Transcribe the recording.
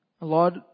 Lord